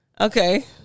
Okay